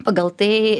pagal tai